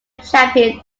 champion